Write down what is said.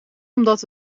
omdat